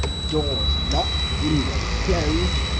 doors locked, windows closed,